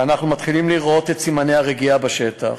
ואנחנו מתחילים לראות את סימני הרגיעה בשטח,